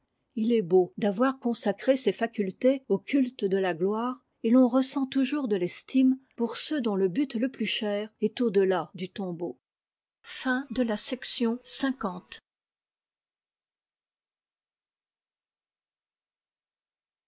i est beau d'avoir consacré ses facultés au culte de la gloire et l'on ressent toujours de l'estime pour ceux dont le but le plus cher est au deià du tombeau chapitre xxx